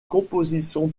composition